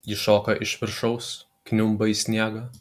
ji šoka iš viršaus kniumba į sniegą